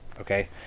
okay